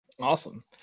Awesome